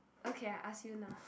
okay I ask you now